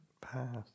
path